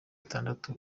atandatu